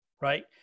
right